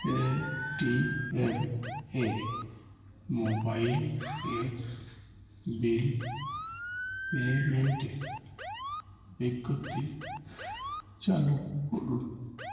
Paytm এ mobile এর bill পেমেন্টের বিজ্ঞপ্তি চালু করুন